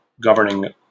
governing